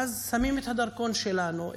ואז שמים את הדרכון שלנו,